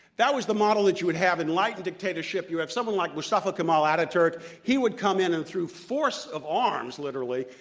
that was the model that you would have enlightened dictatorship. you have someone like mustafa kemal ataturk. he would come in and, through force of arms, literally,